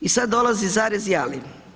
I sad dolazi zarez i ali.